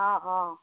অঁ অঁ